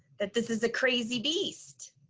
that this is a crazy beast.